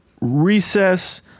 recess